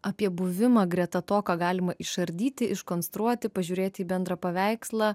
apie buvimą greta to ką galima išardyti iš konstruoti pažiūrėti į bendrą paveikslą